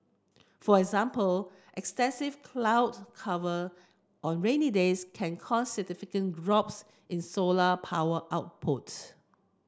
for example extensive cloud cover on rainy days can cause significant drops in solar power output